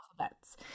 alphabets